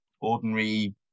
ordinary